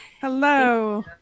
hello